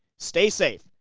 stay safe,